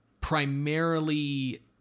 primarily